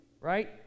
right